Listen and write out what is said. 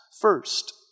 First